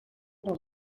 dos